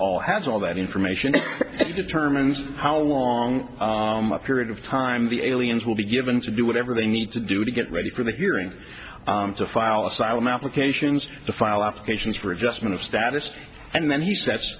all has all that information it determines how long a period of time the aliens will be given to do whatever they need to do to get ready for the hearing to file asylum applications the file ask for adjustment of status and then he sets